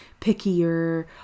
pickier